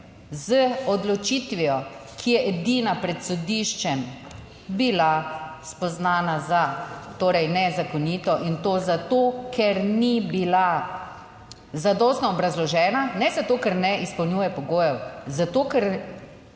z odločitvijo, ki je edina pred sodiščem bila spoznana z torej nezakonito, in to zato, ker ni bila zadostno obrazložena, ne zato ker ne izpolnjuje pogojev, zato ker